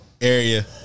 area